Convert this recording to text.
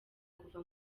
kuva